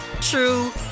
true